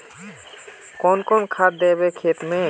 कौन कौन खाद देवे खेत में?